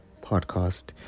Podcast